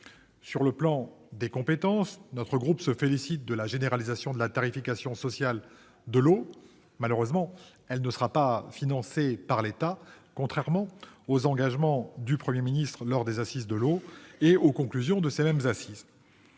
Sur le plan des compétences, notre groupe se félicite de la généralisation de la tarification sociale de l'eau. Malheureusement, elle ne sera pas financée par l'État, contrairement aux engagements du Premier ministre aux Assises de l'eau et aux conclusions de ces mêmes assises.